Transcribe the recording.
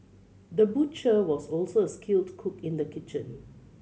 the butcher was also a skilled cook in the kitchen